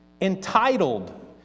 entitled